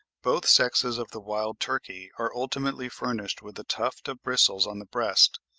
both sexes of the wild turkey are ultimately furnished with a tuft of bristles on the breast,